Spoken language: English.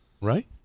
right